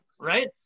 right